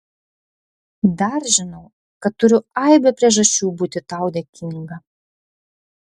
dar žinau kad turiu aibę priežasčių būti tau dėkinga